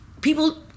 people